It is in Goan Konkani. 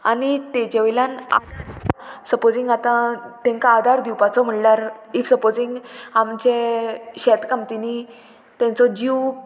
आनी तेज्या वयल्यान आपल्या सपोजींग आतां तांकां आदार दिवपाचो म्हणल्यार इफ सपोजींग आमचे शेतकामतिनी तेंचो जीव